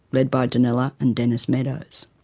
led by donella and dennis meadows.